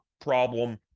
problem